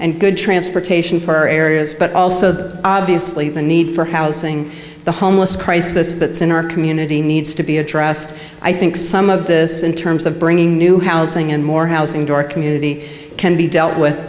a good transportation for our areas but also the obviously the need for housing the homeless crisis that's in our community needs to be addressed i think some of this in terms of bringing new housing and more housing door community can be dealt with